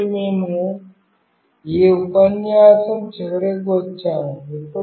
కాబట్టి మేము ఈ ఉపన్యాసం చివరికి వచ్చాము